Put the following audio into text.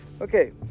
Okay